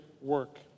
work